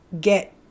get